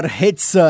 hits